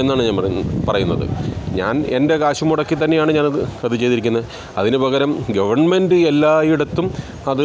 എന്നാണ് ഞാൻ പറയുന്നത് ഞാൻ എൻ്റെ കാശ് മുടക്കി തന്നെയാണ് ഞാനത് ചെയ്തിരിക്കുന്നത് അതിനുപകരം ഗവൺമെൻ്റ് എല്ലായിടത്തും അത്